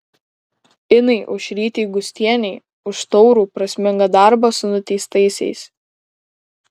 inai aušrytei gustienei už taurų prasmingą darbą su nuteistaisiais